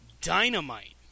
Dynamite